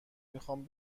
میخام